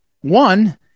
One